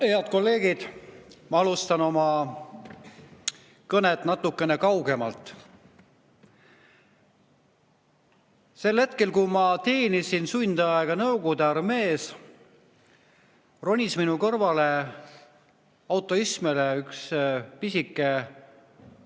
Head kolleegid! Ma alustan oma kõnet natukene kaugemalt. Sel hetkel, kui ma teenisin sundaega Nõukogude armees, ronis mu kõrvale autoistmele üks pisike,